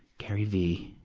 gary v,